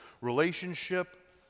relationship